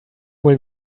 will